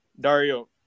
Dario